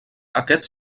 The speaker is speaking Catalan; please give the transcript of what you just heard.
aquests